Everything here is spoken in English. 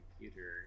computer